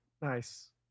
Nice